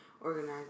organized